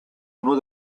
uno